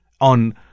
on